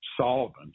solvent